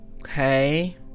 okay